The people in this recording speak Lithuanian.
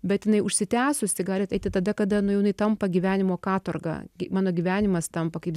bet jinai užsitęsus tai gali eiti tada kada nu jau jinai tampa gyvenimo katorga mano gyvenimas tampa kaip